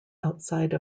outside